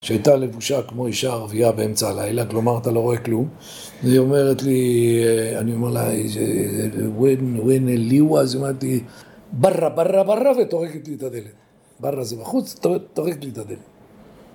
שהייתה לבושה כמו אישה ערביה באמצע הלילה, כלומר, אתה לא רואה כלום והיא אומרת לי... אני אומר לה, איזה ון, ון לירז, אז היא אומרת לי ברה, ברה, ברה, וטורקת לי את הדלת ברה זה בחוץ, וטורקת לי את הדלת